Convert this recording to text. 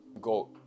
go